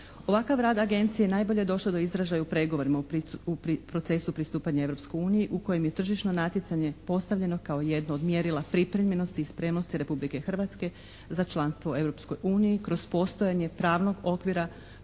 Ovakav rad Agencije najbolje je došlo do izražaja u pregovorima u procesu pristupanja Europskoj uniji u kojem je tržišno natjecanje postavljeno kao jedno od mjerila pripremljenosti i spremnosti Republike Hrvatske za članstvo u Europskoj uniji kroz postojanje pravnog okvira